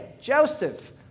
Joseph